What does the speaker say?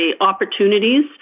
opportunities